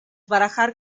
barajar